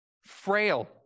frail